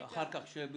בבקשה.